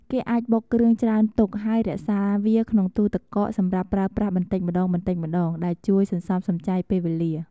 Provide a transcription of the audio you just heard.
គេអាចបុកគ្រឿងច្រើនទុក ហើយរក្សាវាក្នុងទូទឹកកកសម្រាប់ប្រើប្រាស់បន្តិចម្តងៗ ដែលជួយសន្សំសំចៃពេលវេលា។